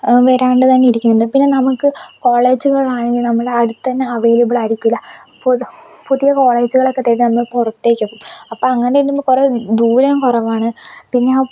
വരാണ്ട് തന്നെ ഇരിക്കുന്നുണ്ട് പിന്നെ നമുക്ക് കോളേജുകൾ ആണെങ്കിൽ നമ്മളെ അടുത്ത് തന്നെ അവൈലബിൾ ആയിരിക്കില്ല പൊതു പുതിയ കോളേജിലൊക്കെ പുറത്തേക്ക് അപ്പോൾ അങ്ങനെ വരുമ്പോൾ ദൂരം കുറവാണ് പിന്നെ